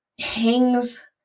hangs